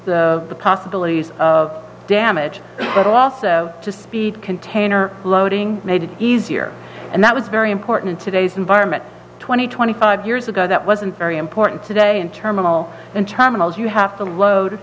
reduce the possibilities of damage but also to speed container loading made it easier and that was very important today's environment twenty twenty five years ago that wasn't very important today and terminal in terminals you have to load